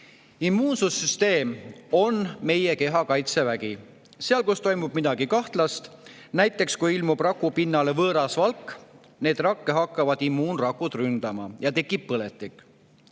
Immuunsussüsteem on meie keha kaitsevägi. Seal, kus toimub midagi kahtlast, näiteks, kui ilmub raku pinnale võõras valk, hakkavad immuunrakud neid rakke ründama ja tekib põletik.